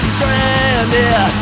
Stranded